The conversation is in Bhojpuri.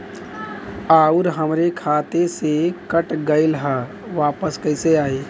आऊर हमरे खाते से कट गैल ह वापस कैसे आई?